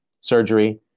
surgery